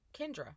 kendra